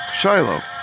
Shiloh